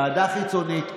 עם ועדה חיצונית,